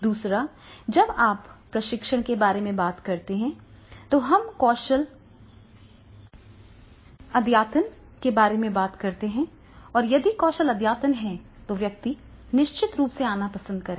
दूसरा जब आप प्रशिक्षण के बारे में बात कर रहे हैं तो हम कौशल अद्यतन के बारे में बात करते हैं और यदि कौशल अद्यतन है तो व्यक्ति निश्चित रूप से आना पसंद करेगा